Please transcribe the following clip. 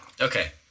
Okay